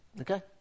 okay